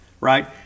right